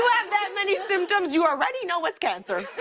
have that many symptoms, you already know it's cancer.